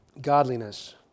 godliness